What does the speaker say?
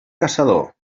caçador